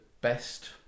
best